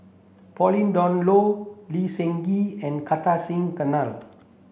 Pauline Dawn Loh Lee Seng Gee and Kartar Singh Thakral